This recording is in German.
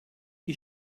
die